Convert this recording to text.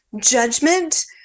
judgment